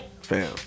Fam